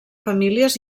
famílies